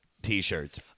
T-shirts